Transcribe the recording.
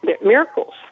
Miracles